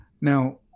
Now